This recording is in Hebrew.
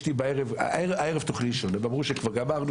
הייתי אומר לאשתי בערב שהיא תוכל לישון כי אמרו שזה נגמר,